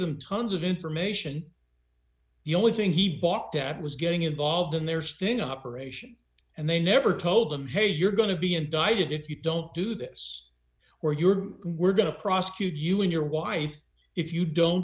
them tons of information the only thing he barked at was getting involved in their sting operation and they never told them hey you're going to be indicted if you don't do this or you're we're going to prosecute you and your wife if you don't